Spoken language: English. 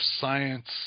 science